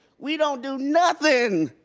we don't do nothin,